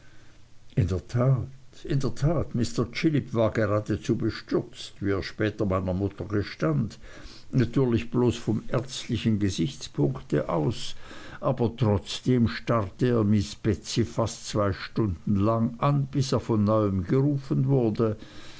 in der tat in der tat mr chillip war geradezu bestürzt wie er später meiner mutter gestand natürlich bloß vom ärztlichen gesichtspunkt aus aber trotzdem starrte er miß betsey fast zwei stunden lang an bis er von neuem gerufen wurde